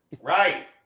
Right